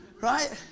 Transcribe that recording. right